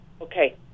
Okay